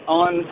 on